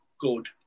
good